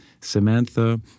Samantha